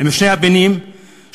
עם שני הפנים שלה.